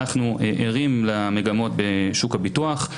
אנחנו ערים למגמות בשוק הביטוח.